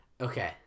Okay